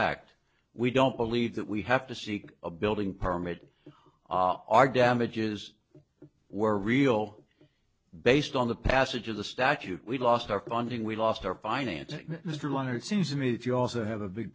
act we don't believe that we have to seek a building permit our damages were real based on the passage of the statute we lost our funding we lost our financing mr leonard seems to me that you also have a big